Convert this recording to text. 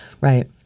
Right